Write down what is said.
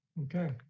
Okay